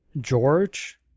George